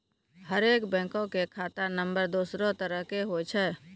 हरेक बैंको के खाता नम्बर दोसरो तरह के होय छै